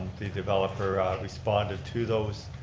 the developer responded to those